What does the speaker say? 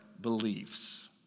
beliefs